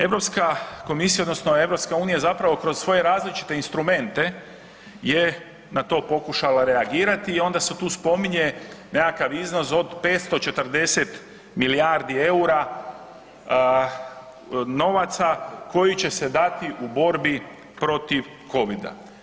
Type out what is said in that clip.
EU komisija, odnosno EU je zapravo kroz svoje različite instrumente je na to pokušala reagirati i onda se tu spominje nekakav iznos od 540 milijardi eura novaca koji će se dati u borbi protiv Covida.